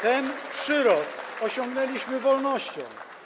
ten przyrost osiągnęliśmy wolnością.